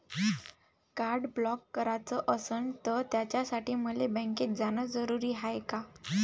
Card block कराच असनं त त्यासाठी मले बँकेत जानं जरुरी हाय का?